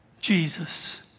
Jesus